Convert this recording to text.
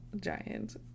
giant